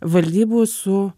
valdybų su